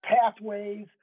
pathways